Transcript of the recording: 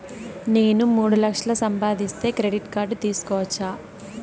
నేను మూడు లక్షలు సంపాదిస్తే క్రెడిట్ కార్డు తీసుకోవచ్చా?